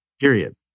period